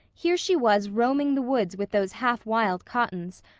here she was roaming the woods with those half-wild cottons,